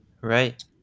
Right